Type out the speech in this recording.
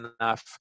enough